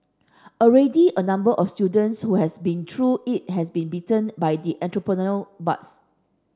already a number of students who has been through it has been bitten by the entrepreneurial bugs